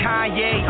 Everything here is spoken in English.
Kanye